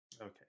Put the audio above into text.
Okay